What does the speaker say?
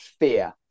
fear